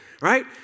right